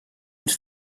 its